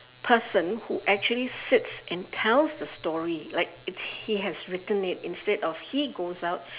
person who actually sits and tells the story like it's he has written it instead of he goes out